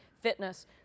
fitness